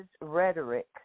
rhetoric